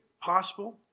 possible